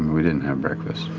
we didn't have breakfast.